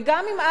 וגם אם,